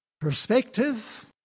perspective